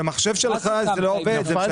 כשהמחשב שלך לא עובד, זה משנה?